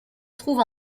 trouve